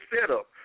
setup